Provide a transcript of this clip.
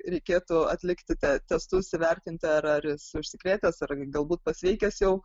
reikėtų atlikti testus įvertinti ar ar jis užsikrėtęs ar galbūt pasveikęs jau